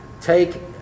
take